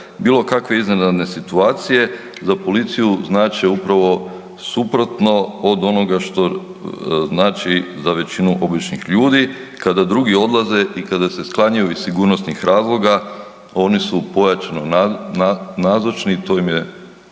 bilo kakve iznenadne situacije za policiju znače upravo suprotno od onoga što znači za većinu običnih ljudi, kada drugi odlaze i kada se sklanjaju iz sigurnosnih razloga, oni su pojačano nazočni i to im je